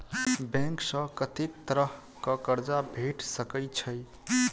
Bank सऽ कत्तेक तरह कऽ कर्जा भेट सकय छई?